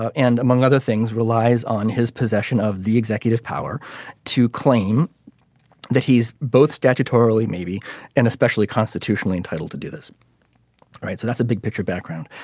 ah and among other things relies on his possession of the executive power to claim that he is both statutorily maybe and especially constitutionally entitled to do this all right so that's a big picture background.